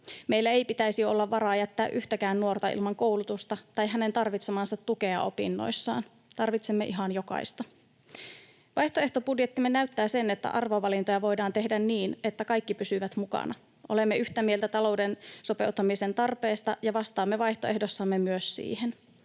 Meillä ei pitäisi olla varaa jättää yhtäkään nuorta ilman koulutusta tai hänen tarvitsemaansa tukea opinnoissaan. Tarvitsemme ihan jokaista. Vaihtoehtobudjettimme näyttää sen, että arvovalintoja voidaan tehdä niin, että kaikki pysyvät mukana. Olemme yhtä mieltä talouden sopeuttamisen tarpeesta ja vastaamme vaihtoehdossamme myös siihen.